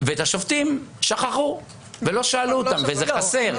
ואת השופטים שכחו ולא שאלו אותם, וזה חסר.